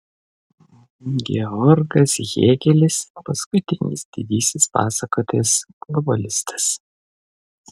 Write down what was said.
georgas hėgelis paskutinis didysis pasakotojas globalistas